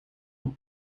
een